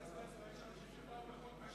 יש אנשים שבאו בחוק השבות.